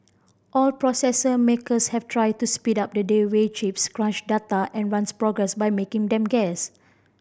all processor makers have tried to speed up the day way chips crunch data and runs programs by making them guess